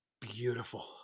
beautiful